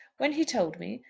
when he told me,